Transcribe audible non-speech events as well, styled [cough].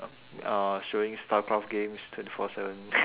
uh showing starcraft games twenty four seven [noise]